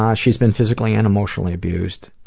um she's been physically and emotionally abused.